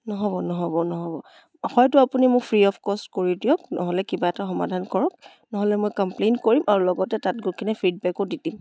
নহ'ব নহ'ব নহ'ব হয়টো আপুনি মোক ফ্ৰি অফ কষ্ট কৰি দিয়ক নহ'লে কিবা এটা সমাধান কৰক নহ'লে মই কম্প্লেইণ্ট কৰিম আৰু লগতে তাত গৈ কিনে ফিডবেকো দি দিম